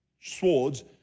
swords